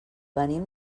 venim